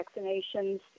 vaccinations